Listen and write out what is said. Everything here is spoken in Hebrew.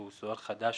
שהוא סוהר חדש,